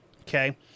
Okay